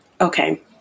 Okay